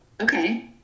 Okay